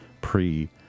pre